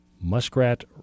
Muskrat